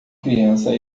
criança